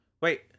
Wait